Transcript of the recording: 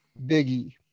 biggie